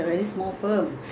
fifty percent stay at home